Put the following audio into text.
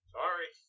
sorry